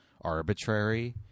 arbitrary